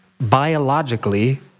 biologically